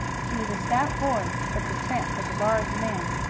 he was a stout boy, but the tramp was a large man,